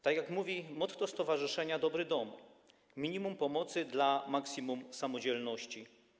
Tak jak mówi motto Stowarzyszenia Dobry Dom - „minimum pomocy dla maksimum samodzielności”